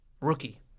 rookie